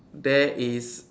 there is